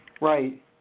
Right